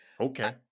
Okay